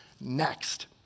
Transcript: next